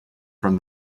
from